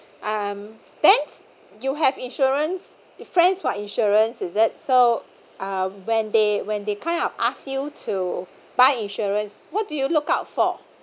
um thanks you have insurance your friends got insurance is it so uh when they when they kind of ask you to buy insurance what do you look out for